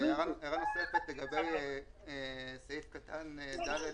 הערה נוספת לגבי סעיף קטן (ד)